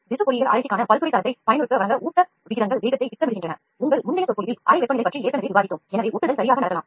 திசுபொறியியல் ஆராய்ச்சிக்கான பல்துறை தளத்தை பயனருக்கு வழங்க அறை வெப்பநிலை ஊட்டவிகிதங்கள் மற்றும் வேகத்தை கட்டுப்படுத்தும் பலவகையான அளவுருக்கள் அமைக்கலாம்